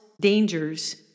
dangers